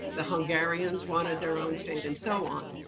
the hungarians wanted their own state, and so on.